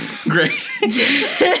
Great